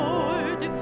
Lord